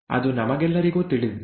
ಅದು ನಮಗೆಲ್ಲರಿಗೂ ತಿಳಿದಿದೆ